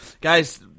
guy's